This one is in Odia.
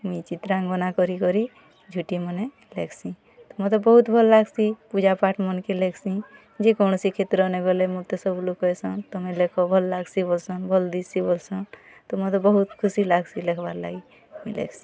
ମୁଁଇ ଚିତ୍ରାଙ୍କନ ବନା କରି କରି ଝୋଟିମାନେ ଲେଖ୍ସି ମତେ ବହୁତ ଭଲ୍ ଲାଗ୍ସି ପୂଜାପାଠ ମାନ କେ ଲେଖ୍ସି ଯେ କୌଣସି କ୍ଷେତ୍ର ନେ ଗଲେ ମତେ ସବୁ ଲୋକ ଆସନ୍ ତମେ ଲେଖ ଭଲ୍ ଲାଗ୍ସି ବୋଲ୍ସନ୍ ଭଲ୍ ଦିଶ୍ଛି ବୋଲ୍ସନ୍ ତ ମତେ ବହୁତ ଖୁସି ଲାଗ୍ସି ଲେଖ୍ବାର ଲାଗି ମୁଁ ଲେଖ୍ସି